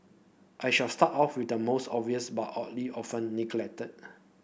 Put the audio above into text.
I shall start off with the most obvious but oddly often neglected